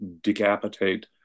decapitate